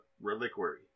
reliquary